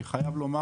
אני חייב לומר